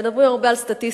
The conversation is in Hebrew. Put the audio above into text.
מדברים הרבה על סטטיסטיקה,